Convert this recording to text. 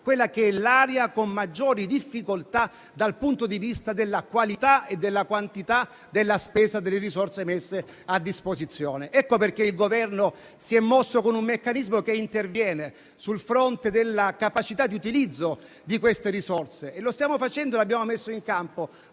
modificare l'area con maggiori difficoltà dal punto di vista della qualità e della quantità della spesa delle risorse messe a disposizione. Ecco perché il Governo si è mosso con un meccanismo che interviene sul fronte della capacità di utilizzo delle risorse. E lo stiamo facendo mettendo in campo